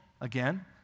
Again